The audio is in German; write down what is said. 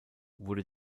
wurde